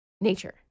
Nature